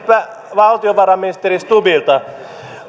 valtiovarainministeri stubbilta